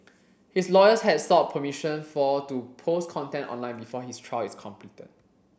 his lawyers had sought permission for to post content online before his trial is completed